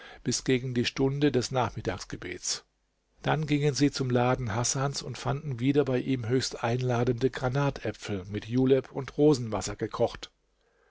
bis gegen die stunde des nachmittagsgebets dann gingen sie zum laden hasans und fanden wieder bei ihm höchst einladende granatäpfel mit julep und rosenwasser gekocht